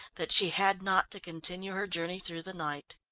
that she had not to continue her journey through the night.